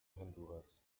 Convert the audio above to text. honduras